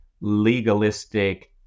legalistic